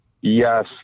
yes